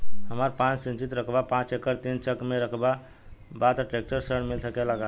हमरा पास सिंचित रकबा पांच एकड़ तीन चक में रकबा बा त ट्रेक्टर ऋण मिल सकेला का?